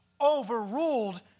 overruled